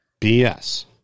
BS